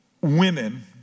Women